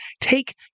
take